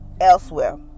elsewhere